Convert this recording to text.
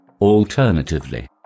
Alternatively